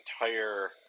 entire